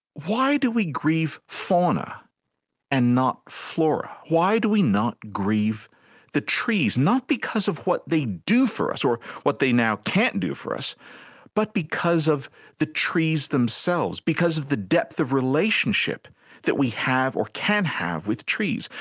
why do we grieve fauna and not flora? why do we not grieve the trees? not because of what they do for us what they now can't do for us but because of the trees themselves, because of the depth of relationship that we have or can have with trees,